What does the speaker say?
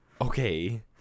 okay